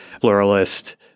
pluralist